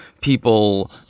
people